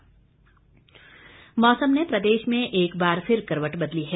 मौसम मौसम ने प्रदेश में एक बार फिर करवट बदली है